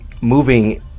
moving